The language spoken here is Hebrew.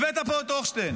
הבאת לפה את הוכשטיין: